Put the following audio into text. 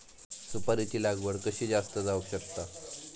सुपारीची लागवड कशी जास्त जावक शकता?